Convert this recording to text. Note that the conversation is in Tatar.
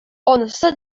анысы